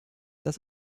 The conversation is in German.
das